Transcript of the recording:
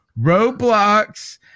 Roblox